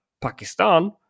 Pakistan